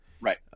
right